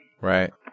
Right